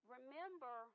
Remember